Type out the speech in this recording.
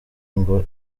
ngo